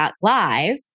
Live